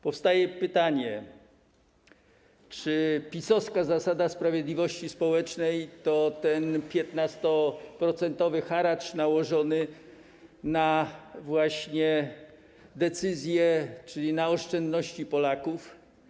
Powstaje pytanie: Czy PiS-owska zasada sprawiedliwości społecznej to ten 15-procentowy haracz nałożony na decyzje, czyli na oszczędności Polaków?